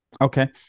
Okay